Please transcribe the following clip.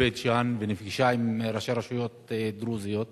בית-ג'ן ונפגשה עם ראשי רשויות דרוזיות.